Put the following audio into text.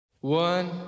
One